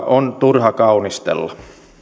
on turha kaunistella